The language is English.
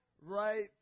Right